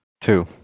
Two